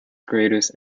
greatest